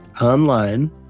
online